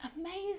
amazing